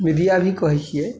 media भी कहै छियै